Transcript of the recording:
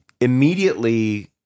immediately